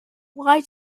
lie